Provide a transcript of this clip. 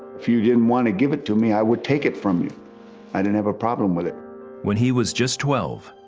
if you didn't want to give it to me, i would take it from you. i didn't have a problem with it. reporter when he was just twelve,